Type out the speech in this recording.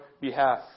behalf